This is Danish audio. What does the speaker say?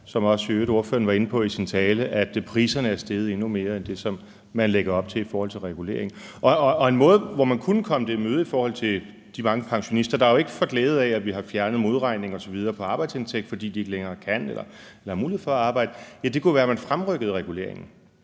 som ordføreren i øvrigt også var inde på i sin tale, at priserne er steget endnu mere end det, som man lægger op til i forhold til regulering. En måde, hvorpå man kunne komme det i møde for de mange pensionister, der jo ikke får glæde af, at vi har fjernet modregning osv. på arbejdsindtægt, fordi de ikke længere kan eller har mulighed for at arbejde, kunne være, at man fremrykkede reguleringen,